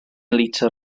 litr